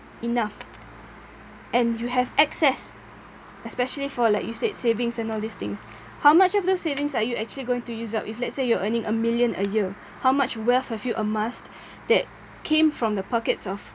enough and you have excess especially for like you said savings and all these things how much of those savings are you actually going to use up if let's say you're earning a million a year how much wealth have you amassed that came from the pockets of